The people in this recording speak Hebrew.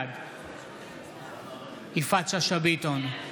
בעד יפעת שאשא ביטון,